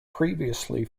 previously